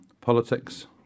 politics